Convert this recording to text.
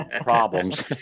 problems